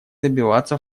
добиваться